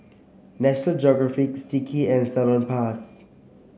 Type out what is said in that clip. National Geographices Sticky and Salonpas